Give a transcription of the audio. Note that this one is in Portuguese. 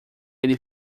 ele